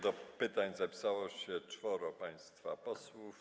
Do pytań zapisało się czworo państwa posłów.